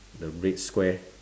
the red square